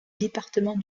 département